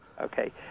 Okay